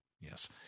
Yes